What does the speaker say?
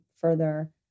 further